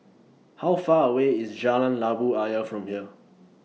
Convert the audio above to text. How Far away IS Jalan Labu Ayer from here